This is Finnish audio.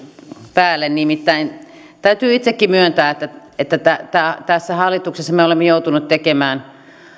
päälle nimittäin täytyy itsekin myöntää että että tässä hallituksessa me olemme joutuneet tekemään